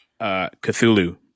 Cthulhu